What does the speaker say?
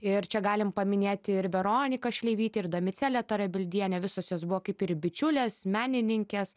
ir čia galim paminėti ir veroniką šleivytę ir domicelę tarabildienę visos jos buvo kaip ir bičiulės menininkės